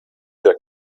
der